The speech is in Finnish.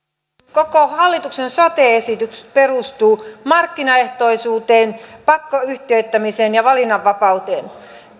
koko hallituksen sote esitys perustuu markkinaehtoisuuteen pakkoyhtiöittämiseen ja valinnanvapauteen